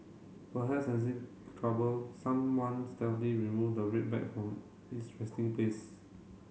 perhaps sensing trouble someone stealthily remove the red bag from its resting place